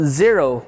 zero